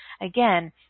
Again